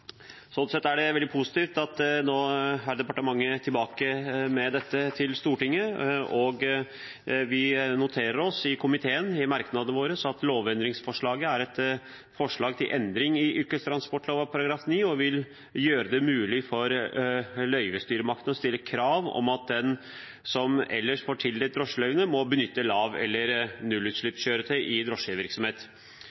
Sånn sett er det veldig positivt at departementet nå er tilbake med dette i Stortinget, og vi noterer oss i komiteen, i merknadene våre: «Lovendringsforslaget er et forslag til endring i yrkestransportlova § 9 og vil gjøre det mulig for løyvestyresmakten å stille krav om at den som har eller får tildelt drosjeløyve, må benytte lav- eller